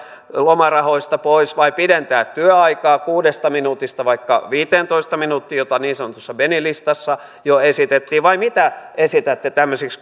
lomarahoista pois vai pidentää työaikaa kuudesta minuutista vaikka viiteentoista minuuttiin jota niin sanotussa benin listassa jo esitettiin vai mitä esitätte tämmöisiksi